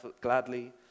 gladly